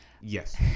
yes